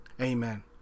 amen